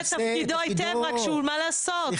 הוא עושה את תפקידו היטב רק שמה לעשות,